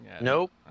Nope